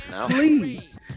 please